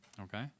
Okay